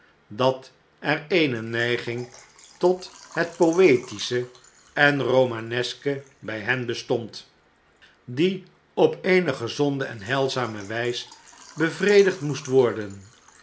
dat er eene neiging tot het poetische en romaneske bij hen bestond die op eene gezonde en heilzame wijs bevredigd moest worden